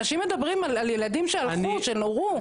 אנשים מדברים על ילדים שהלכו, שנורו.